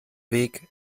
weg